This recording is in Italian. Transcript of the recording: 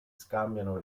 scambiano